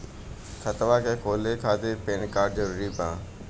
खतवा के खोले खातिर पेन कार्ड जरूरी बा?